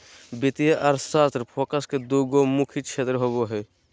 वित्तीय अर्थशास्त्र फोकस के दू गो मुख्य क्षेत्र होबो हइ